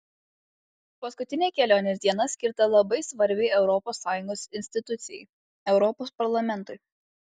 paskutinė kelionės diena skirta labai svarbiai europos sąjungos institucijai europos parlamentui